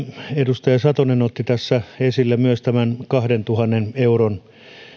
edustaja satonen otti tässä esille myös tämän kahdentuhannen euron